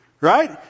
Right